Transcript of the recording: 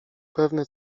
pewny